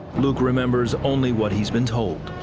luke remembers only what he has been told.